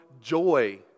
joy